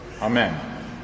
Amen